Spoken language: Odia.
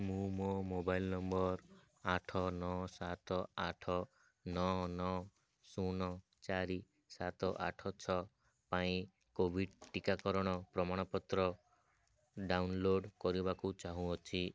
ମୁଁ ମୋ ମୋବାଇଲ୍ ନମ୍ବର୍ ଆଠ ନଅ ସାତ ଆଠ ନଅ ନଅ ଶୂନ ଚାରି ସାତ ଆଠ ଛଅ ପାଇଁ କୋଭିଡ଼୍ ଟିକାକରଣ ପ୍ରମାଣପତ୍ର ଡାଉନଲୋଡ଼୍ କରିବାକୁ ଚାହୁଁଅଛି